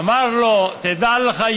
אמר לו: תדע לך,